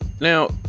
Now